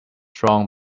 strong